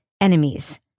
enemies